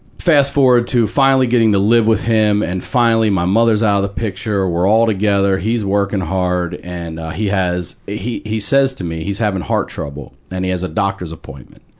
fast-forward to finally getting to live with him, and finally my mother's out of the picture, we're all together. he's working hard and he has he he says to me, he's having heart trouble, and he has a doctor's appointment.